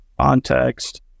context